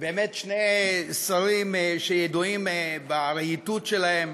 באמת שני שרים שידועים ברהיטות שלהם